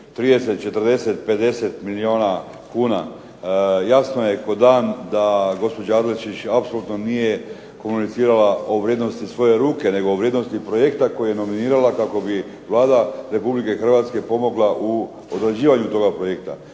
30, 40, 50 milijuna kuna. Jasno je kao dan da gospođa Adlešić nije apsolutno komunicirala o vrijednosti svoje ruke, nego o vrijednosti projekta koji je nominirala kako bi Vlada Republike Hrvatske pomogla u određivanju toga projekta.